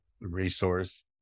resource